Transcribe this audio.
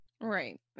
Right